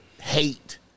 hate